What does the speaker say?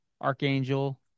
Archangel